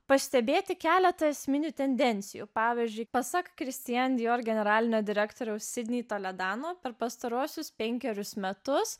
pastebėti keletą esminių tendencijų pavyzdžiui pasak kristian dior generalinio direktoriaus sidni toledano per pastaruosius penkerius metus